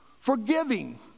Forgiving